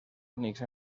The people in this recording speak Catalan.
únics